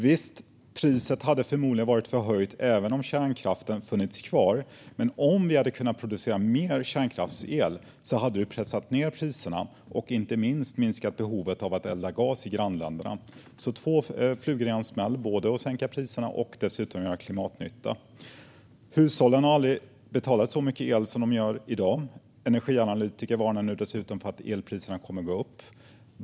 Visst, priset hade förmodligen varit förhöjt även om kärnkraften funnits kvar, men om vi hade kunnat producera mer kärnkraftsel hade det pressat ned priserna och inte minst minskat behovet av att elda gas i grannländerna. Vi hade fått två flugor i en smäll, sänkta priser och klimatnytta. Hushållen har aldrig betalat så mycket för el som i dag. Energianalytiker varnar nu dessutom för att elpriserna kommer att gå upp.